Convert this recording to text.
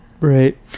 Right